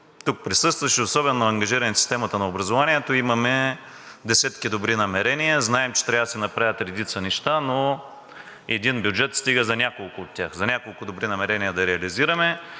тук присъстващите, особено ангажираните в системата на образованието, имаме десетки добри намерения. Знаем, че трябва да се направят редица неща, но един бюджет стига за няколко от тях, за няколко добри намерения да реализираме,